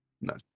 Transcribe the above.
No